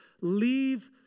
leave